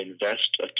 invest